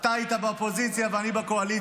אתה היית באופוזיציה ואני בקואליציה,